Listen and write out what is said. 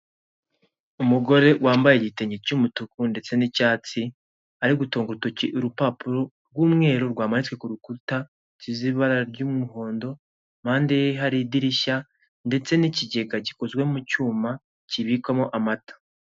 Intebe z'imbaho zitambitse zicayeho abagororwa babagabo, ndetse n'ababadamu. Hari abambaye impuzankano z'amapantalo aranga imfungwa ndetse hari n'abaturage bahagaze aho hafi benshi.